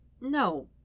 No